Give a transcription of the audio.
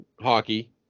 hockey